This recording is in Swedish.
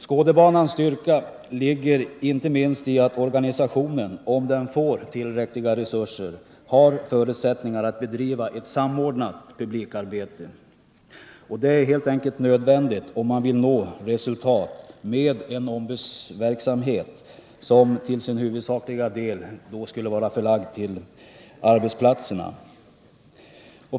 Skådebanans styrka ligger inte minst i att organisationen, om den får tillräckliga resurser, har förutsättningar att bedriva ett samordnat publikarbete. Detta är helt enkelt nödvändigt, om man vill nå resultat med en ombudsverksamhet, som till sin huvuasakliga del är förlagd till arbetsplatserna.